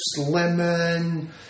lemon